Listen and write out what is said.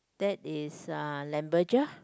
that is uh